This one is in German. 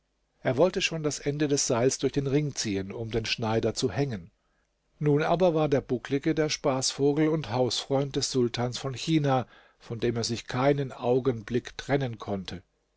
er wollte schon das ende des seils durch den ring ziehen um den schneider zu hängen nun war aber der bucklige der spaßvogel und hausfreund des sultans von china von dem er sich keinen augenblick trennen konnte